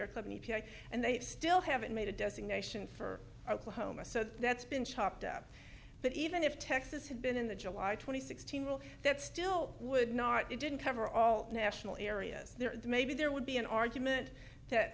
a and they still haven't made a designation for oklahoma so that's been chopped up but even if texas had been in the july twenty sixth rule that still would not it didn't cover all national areas maybe there would be an argument that